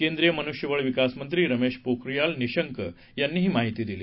केंद्रीय मनुष्यबळ विकास मंत्री रमेश पोखरियाल निशंक यांनी ही माहिती दिली